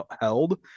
held